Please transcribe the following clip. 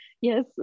yes